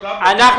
תודה על הדאגה.